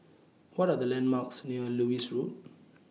What Are The landmarks near Lewis Road